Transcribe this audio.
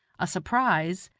a surprise,